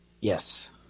Yes